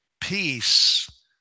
Peace